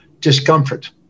discomfort